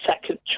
second